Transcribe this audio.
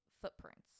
footprints